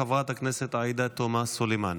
חברת הכנסת עאידה תומא סלימאן,